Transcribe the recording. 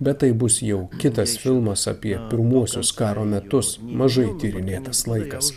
bet tai bus jau kitas filmas apie pirmuosius karo metus mažai tyrinėtas laikas